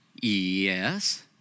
yes